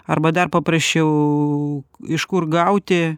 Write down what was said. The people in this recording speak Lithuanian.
arba dar paprasčiau iš kur gauti